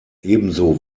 ebenso